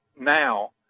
now